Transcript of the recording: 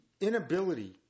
inability